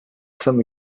some